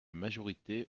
majorité